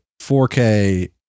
4K